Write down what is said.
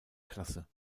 klasse